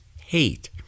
hate